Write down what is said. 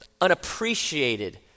unappreciated